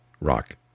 Rock